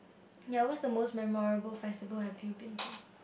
ya what's the most memorable festival have you been to